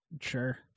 Sure